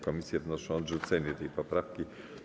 Komisje wnoszą o odrzucenie tej poprawki.